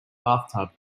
bathtub